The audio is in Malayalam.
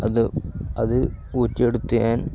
അത് അത് ഊറ്റിയെടുത്തു ഞാന്